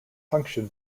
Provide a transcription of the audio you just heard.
function